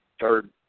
third